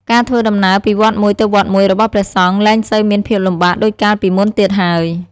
ការធ្វើដំណើរពីវត្តមួយទៅវត្តមួយរបស់ព្រះសង្ឃលែងសូវមានភាពលំបាកដូចកាលពីមុនទៀតហើយ។